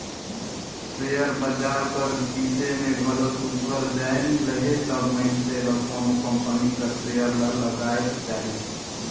share बजार कर बिसे में घलो सुग्घर जाएन लेहे तब मइनसे ल कोनो कंपनी कर सेयर ल लगाएक चाही